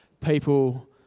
people